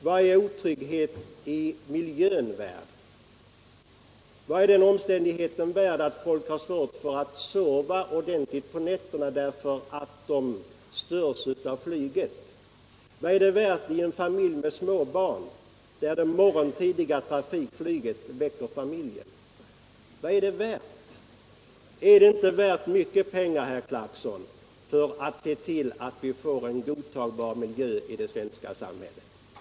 Vad är otrygghet i miljön värd? Vad är den omständigheten värd att folk har svårt att sova ordentligt på nätterna därför att de störs av flyget? Vad är det värt i en familj med småbarn där det morgontidiga trafikflyget väcker familjen? Är det inte värt mycket pengar. herr Clarkson, att se till att vi får en godtagbar miljö i det svenska samhället?